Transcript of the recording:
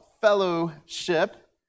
Fellowship